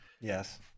Yes